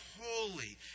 holy